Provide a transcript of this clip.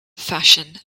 fashion